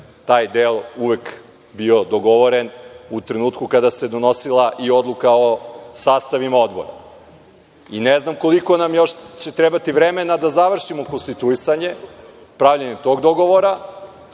taj deo uvek bio dogovoren u trenutku kada se donosila i odluka o sastavima odbora. Ne znam koliko će nam još trebati vremena da završimo konstituisanje, pravljenje tog dogovora,